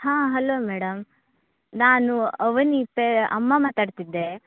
ಹಾಂ hello madam ನಾನು ಅವನೀತ ಅಮ್ಮ ಮಾತಾಡ್ತಿದ್ದೆ